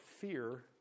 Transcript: fear